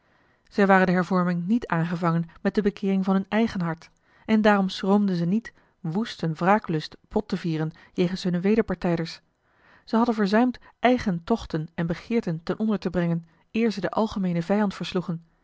zij waren de hervorming niet aangevangen met de bekeering van hun eigen hart en daarom schroomden ze niet woesten wraaklust bot te vieren jegens hunne wederpartijders zij hadden verzuimd eigen tochten en begeerten ten onder te brengen eer ze den algemeenen vijand versloegen